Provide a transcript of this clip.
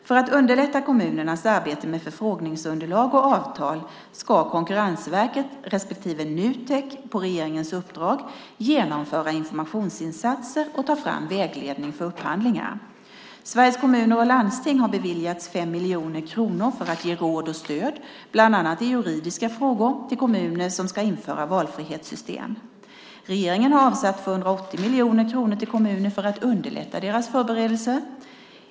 För att underlätta kommunernas arbete med förfrågningsunderlag och avtal ska Konkurrensverket respektive Nutek på regeringens uppdrag genomföra informationsinsatser och ta fram vägledning för upphandlingar. Sveriges Kommuner och Landsting har beviljats 5 miljoner kronor för att ge råd och stöd, bland annat i juridiska frågor, till kommuner som ska införa valfrihetssystem. Regeringen har avsatt 280 miljoner kronor till kommunerna för att underlätta deras förberedelser.